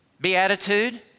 beatitude